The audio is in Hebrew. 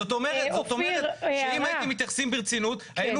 זאת אומרת שאם הייתם מתייחסים ברצינות היינו